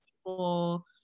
people